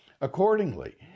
Accordingly